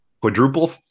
quadruple